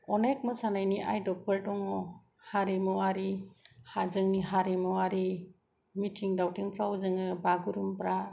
अनेख मोसानायनि आदबफोर दङ हारिमुवारि जोंनि हारिमुवारि मिटिं दावथिंफ्राव जोङो बागुरुमबा